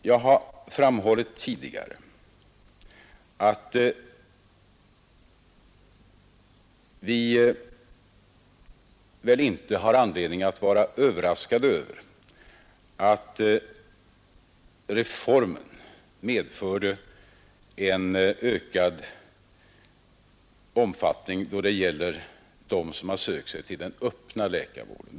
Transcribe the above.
Jag har framhållit tidigare att vi inte har anledning att vara överraskade över att reformen medförde en ökning av antalet patienter som sökt sig till den öppna läkarvården.